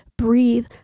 breathe